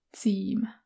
team